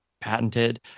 patented